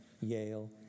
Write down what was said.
Yale